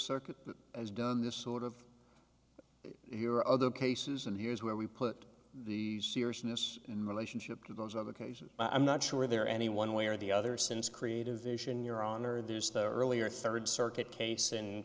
circuit has done this sort of your other cases and here's where we put the seriousness in relationship to those other cases i'm not sure there are any one way or the other since creative vision your honor there's the earlier third circuit case in